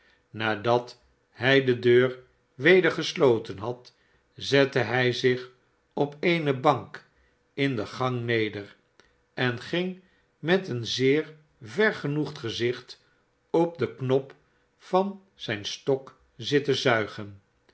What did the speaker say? nadat hij de deur weder gesloten had zette hij zich op eene bank in den gang neder en ging met een zeer vergenoegd gezicht op den knop van zijn stok zitten zuigen